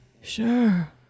sure